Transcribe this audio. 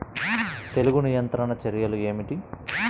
తెగులు నియంత్రణ చర్యలు ఏమిటి?